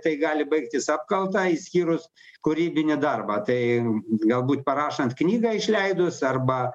tai gali baigtis apkalta išskyrus kūrybinį darbą tai galbūt parašant knygą išleidus arba